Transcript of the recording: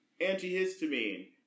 Antihistamine